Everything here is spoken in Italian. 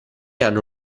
hanno